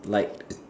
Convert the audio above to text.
liked